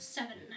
Seven